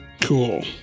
cool